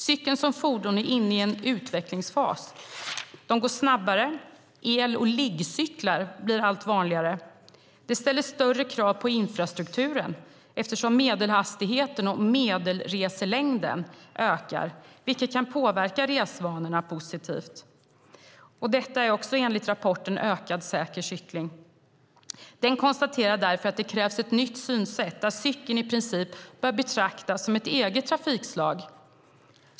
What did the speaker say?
Cykeln som fordon är inne i en utvecklingsfas. De går snabbare, och el och liggcyklar blir allt vanligare. Detta ställer större krav på infrastrukturen, eftersom medelhastigheten och medelreselängden ökar, vilket kan påverka resvanorna positivt, även detta enligt rapporten Ökad och säker cykling . Rapporten konstaterar därför att det krävs ett nytt synsätt där cykeln i princip bör betraktas som ett eget trafikslag.